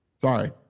Sorry